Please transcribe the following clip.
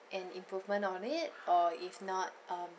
an improvement on it or if not um